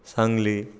Sangli